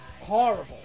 horrible